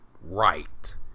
right